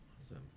Awesome